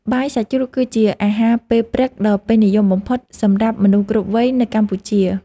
បាយសាច់ជ្រូកគឺជាអាហារពេលព្រឹកដ៏ពេញនិយមបំផុត សម្រាប់មនុស្សគ្រប់វ័យនៅកម្ពុជា។